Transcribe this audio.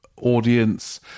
audience